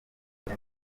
uyu